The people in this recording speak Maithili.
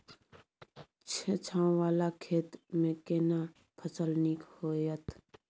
छै ॉंव वाला खेत में केना फसल नीक होयत?